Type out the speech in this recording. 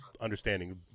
understanding